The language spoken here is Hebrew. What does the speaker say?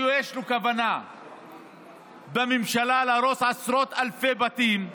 בממשלה יש כוונה להרוס עשרות אלפי בתים,